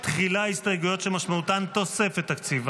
תחילה, על ההסתייגויות שמשמעותן תוספת תקציב.